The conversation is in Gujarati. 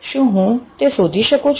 શું હું તે શોધી શકું છું